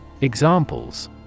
Examples